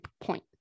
point